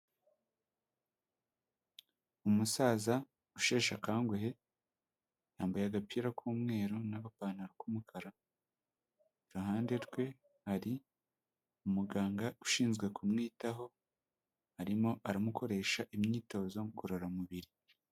Umusaza usheshe akanguhe, yambaye agapira k'umweru n'agapantaro k'umukara, iruhande rwe hari umuganga ushinzwe kumwitaho, arimo aramukoresha imyitozo ngororamubiri.